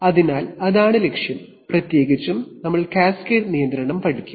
അതിനാൽ അതാണ് ലക്ഷ്യം പ്രത്യേകിച്ചും നമ്മൾ കാസ്കേഡ് നിയന്ത്രണംപഠിക്കും